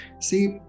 see